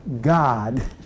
God